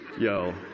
Yo